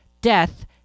Death